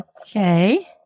Okay